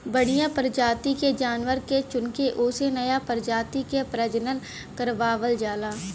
बढ़िया परजाति के जानवर के चुनके ओसे नया परजाति क प्रजनन करवावल जाला